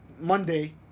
Monday